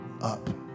up